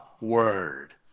Word